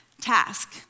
task